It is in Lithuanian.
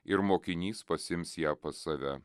ir mokinys pasiims ją pas save